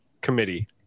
Committee